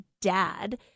dad